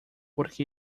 porque